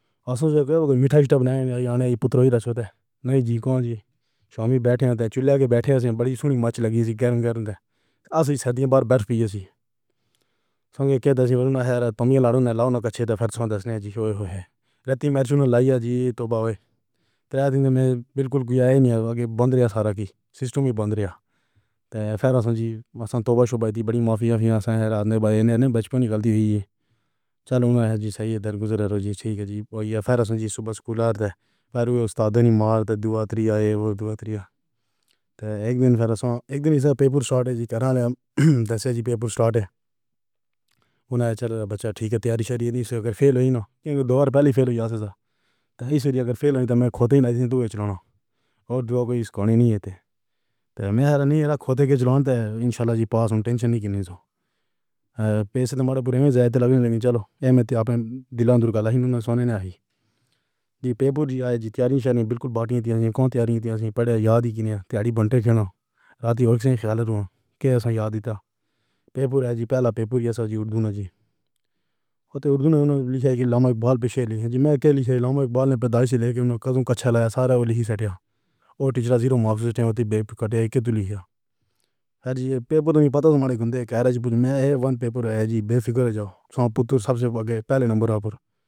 ہنسو تے کوئی میٹھا پیٹا بنایا جانے۔ پتر چھوٹے نہیں جی، کون جی۔ شامی بیٹھے ہیں۔ چولھے کے بیٹھے سن۔ بڑی سنی۔ مچ لگی سی گرم کر دے۔ اصلی سردی۔ بار بار پی رہی تھی۔ اک دسویں بارہویں میں لاؤ نہ کچھ تو فرسٹ نہ جی ہو ہو ہے۔ رات میری سنو لایا جی توبہ ہوئے تیرا دن میں بلکول کوئی آئے نہیں آگے بند رہا۔ سارا کی سسٹم ہی بند رہا اور پھر ہم جی توبہ شکر کی بڑی مافیا پیوں سے رات میں بھائی انہیں بچپن ہی غلطی۔ چلو نہ صحی درگزر ہرو جی ٹھیک ہے جی بھیا پھر سے جی صبح سکول اور پھر اُستاد نے مار دیتا تو دعا تیری ہے او دعا تیری ہے۔ اک دن پھر اک دن پیپر شروع کرو نہ دس بجے پیپر شروع ہونا۔ بچہ ٹھیک ہے۔ تیاری جسم نہیں فیل ہو جاؤں نہ کیونکہ دو بار پہلے فیل ہو جاؤ۔ ایسے تو اسی سے اگر فیل ہوئی تو میں خود ہی نہیں دوسروں کو اور کوئی نہیں۔ ایہ تے میرا نہیں ہے۔ کھوٹے کے چلانے پر انشاءاللہ جی پاس ہوں۔ ٹینشن نہیں کی۔ نہ جو پیسٹ بڑے پورے میں جاتے لگے۔ لیکن چلو میں آپ دلانڈو کالا ہی نہ سنینے آئی جی پیپر کی تیاری بلکول باقی تو ایسی پڑھے، یاد ہی کتنی ہے؟ تیاری بنٹے کھانا۔ رات بھگتنے کی حالت میں۔ کیسا یاد دیتا۔ پیپر جی پہلا پیپر ہے ساجی اڑنا جی۔ اُترادھنا کی لمبی والی پیشکش ہے۔ جی میں کہہ رہی تھی لاما اقبال نے پیدائش لیکر کدو کچا لایا۔ سارے لکھ سیتھیا اور ٹیچر جی زیرو مافیا تھے۔ بیگم کا ٹیگ کٹے اک دولہیا۔ ہر پیپر میں پتا لگائیں۔ کون تھے کیریئر؟ میں وَن پیپر بھیجو جاؤ۔ سانپ اُتّر سب سے آگے۔ پہلے نمبر پر۔